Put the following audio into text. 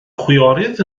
chwiorydd